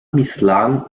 misslang